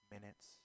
minutes